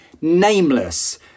nameless